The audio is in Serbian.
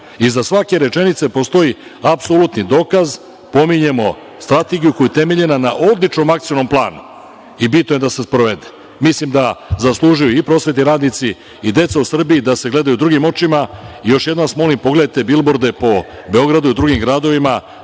Iza svake rečenice postoji apsolutni dokaz, pominjemo strategiju koja je utemeljena na odličnom akcionom planu i bitno je da se sprovede. Mislim da zaslužuju i prosvetni radnici i deca u Srbiji da se gledaju drugim očima. Još jednom vas molim, pogledajte bilborde po Beogradu i drugim gradovima,